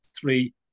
three